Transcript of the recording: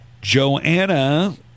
Joanna